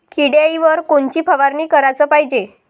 किड्याइवर कोनची फवारनी कराच पायजे?